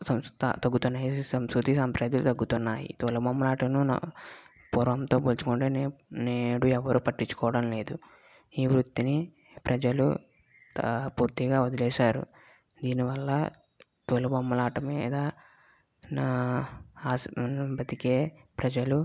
సంస్కృతి తగ్గుతున్నాయి సంస్కృతి సాంప్రదాయాలు తగ్గుతున్నాయి తోలుబొమ్మలాటను పూర్వంతో పోల్చుకుంటే నేడు ఎవరు పట్టించుకోవడం లేదు ఈ వృత్తిని ప్రజలు పూర్తిగా వదిలేశారు దీనివల్ల తోలుబొమ్మలాట మీద ఆశ బ్రతికే ప్రజలు